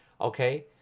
okay